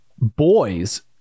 boys